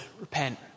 repent